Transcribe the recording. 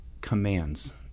commands